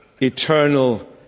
eternal